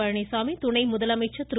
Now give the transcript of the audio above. பழனிசாமி துணை முதலமைச்சர் திரு